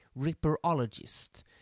Ripperologist